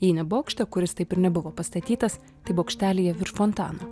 jei ne bokšte kuris taip ir nebuvo pastatytas tai bokštelyje virš fontano